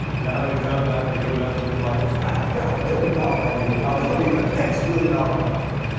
you know how many times i have to hear messages like this? pat, i got a billion dollar idea! pat, we're going to be the next billion dollar company!